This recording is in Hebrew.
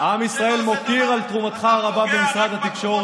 רושם שיא,